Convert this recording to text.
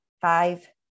Five